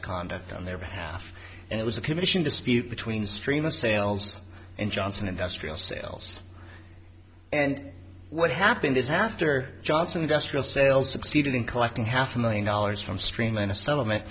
alleged conduct on their behalf and it was a commission dispute between stream of sales and johnson industrial sales and what happened is after johnson industrial sales succeeded in collecting half a million dollars from streamline a settlement